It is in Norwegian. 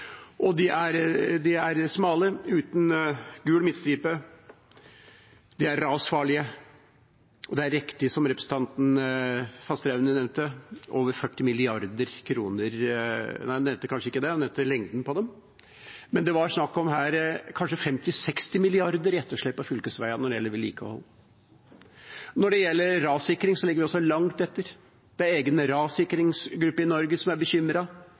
veier. De er smale, uten gul midtstripe, de er rasfarlige, og det er riktig som representanten Fasteraune nevnte, det er over 40 mrd. kr – eller han nevnte kanskje ikke det, han nevnte lengden på dem, men det var i hvert fall her snakk om kanskje 50–60 mrd. kr i etterslep på fylkesveiene når det gjelder vedlikehold. Når det gjelder rassikring, ligger vi også langt etter. Det er en egen rassikringsgruppe i Norge som er